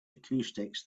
acoustics